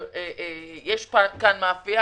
שיש פה מאפייה